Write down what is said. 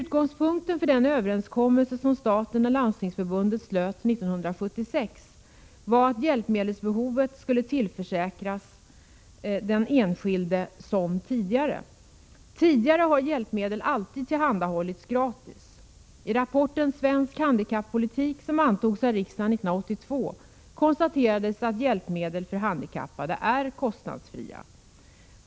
Utgångspunkten för den överenskommelse som staten och Landstingsförbundet slöt 1976 var att hjälpmedelsförsörjningen skulle tillförsäkras den enskilde som tidigare, och tidigare har hjälpmedel alltid tillhandahållits gratis. I rapporten Svensk handikappolitik, som behandlades av riksdagen 1982, konstaterades att hjälpmedel för handikappade är kostnadsfria.